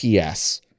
PS